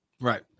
Right